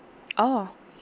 oh